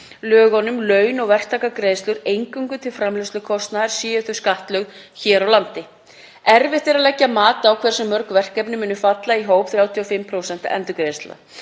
lögunum laun og verktakagreiðslur eingöngu til framleiðslukostnaðar séu þau skattlögð hér á landi. Erfitt er að leggja mat á hversu mörg verkefni munu falla í hóp 35% endurgreiðslna